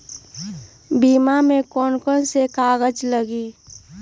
बीमा में कौन कौन से कागज लगी?